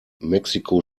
mexiko